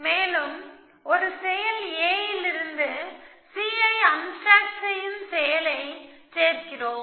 மேலும் ஒரு செயல் A இலிருந்து C ஐ அன்ஸ்டேக் செய்யும் செயலை சேர்க்கிறோம்